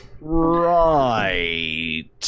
Right